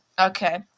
okay